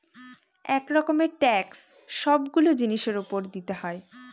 এক রকমের ট্যাক্স সবগুলো জিনিসের উপর দিতে হয়